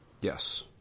Yes